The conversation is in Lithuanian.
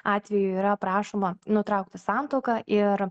atveju yra prašoma nutraukti santuoką ir